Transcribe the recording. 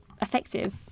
effective